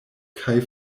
kaj